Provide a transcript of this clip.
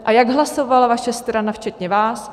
A jak hlasovala vaše strana včetně vás?